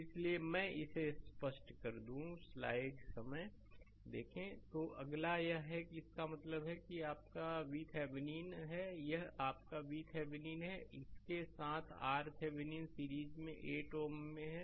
इसलिए मैं इसे स्पष्ट कर दूं स्लाइड समय देखें 1138 तो अगला यह है कि इसका मतलब है यह आपकाVThevenin है यह आपका VThevenin है इसके साथ RThevenin सीरीज8 Ω में है